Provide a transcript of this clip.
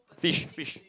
fish fish